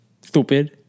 Stupid